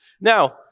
Now